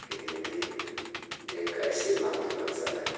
कि हिन्दी एक ऐसी मातृभाषा है